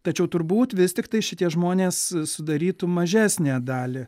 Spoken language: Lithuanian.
tačiau turbūt vis tiktai šitie žmonės sudarytų mažesnę dalį